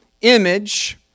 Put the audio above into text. image